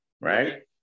right